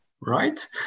right